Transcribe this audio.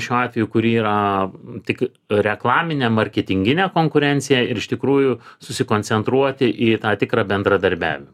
šiuo atveju kuri yra tik reklaminė marketinginė konkurencija ir iš tikrųjų susikoncentruoti į tą tikrą bendradarbiavimą